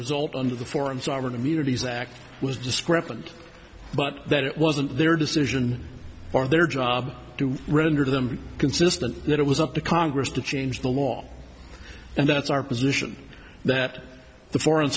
result under the foreign sovereign immunity zach was discrepant but that it wasn't their decision or their job to render them consistent that it was up to congress to change the law and that's our position that the foreign